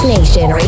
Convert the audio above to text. Nation